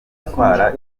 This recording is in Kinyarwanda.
gutwara